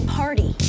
party